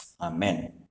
amen